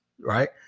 right